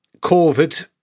COVID